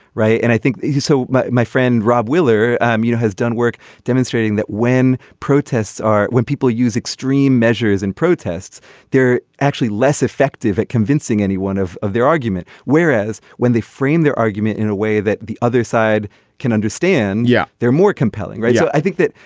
right. and i think so my my friend rob wheeler um you know has done work demonstrating that when protests are when people use extreme measures in protests they're actually less effective at convincing anyone of of their argument whereas when they frame their argument in a way that the other side can understand yeah they're more compelling. so i think that.